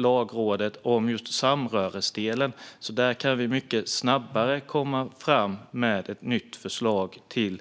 Lagrådet yttrade sig inte om samröresdelen, så på det området kan vi mycket snabbare komma fram med ett nytt förslag till